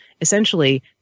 essentially